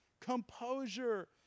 composure